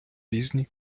різні